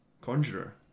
Conjurer